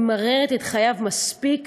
או ממררת את חייו מספיק,